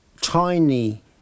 tiny